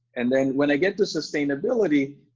and then when i get to sustainability,